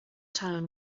town